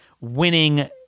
winning